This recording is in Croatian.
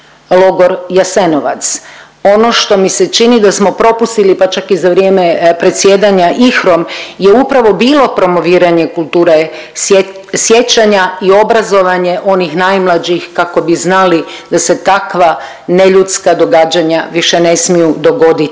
logor Jasenovac. Ono što mi se čini da smo propustili pa čak i za vrijeme predsjedanja IHRA-om je upravo bilo promoviranje kulture sjećanja i obrazovanje onih najmlađih kako bi znali da se takva neljudska događanja više ne smiju dogoditi.